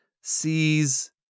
sees